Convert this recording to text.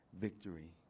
victory